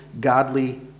godly